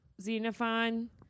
Xenophon